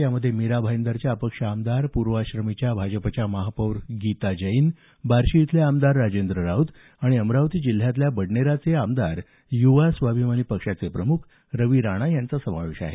यामध्ये मीरा भाईंदरच्या अपक्ष आमदार पूर्वाश्रमीच्या भाजपच्या महापौर गीता जैन बार्शी इथले आमदार राजेंद्र राऊत आणि अमरावती जिल्ह्यातल्या बडनेराचे आमदार युवा स्वाभिमानी पक्षाचे प्रमुख रवी राणा यांचा समावेश आहे